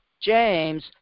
James